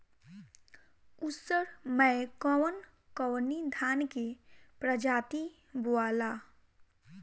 उसर मै कवन कवनि धान के प्रजाति बोआला?